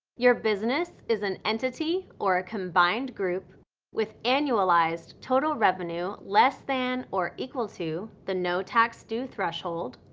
your business is an entity or a combined group with annualized total revenue less than or equal to the no tax due threshold.